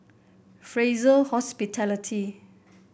Fraser Hospitality